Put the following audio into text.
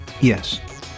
Yes